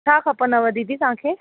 छा खपंदव दीदी तव्हांखे